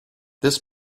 this